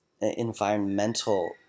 environmental